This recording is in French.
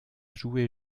joué